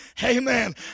Amen